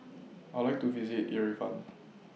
I Would like to visit Yerevan